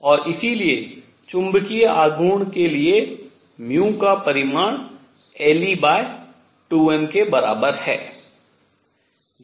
और इसलिए चुंबकीय आघूर्ण के लिए μ का परिमाण le2m के बराबर है